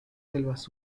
selvas